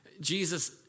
Jesus